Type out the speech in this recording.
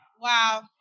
Wow